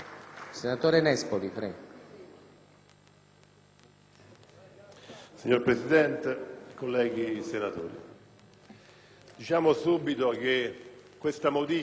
Signor Presidente, colleghi senatori, diciamo subito che questa era l'unica modifica